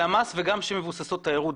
למ"ס וגם מבוססות תיירות.